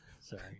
Sorry